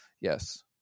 Yes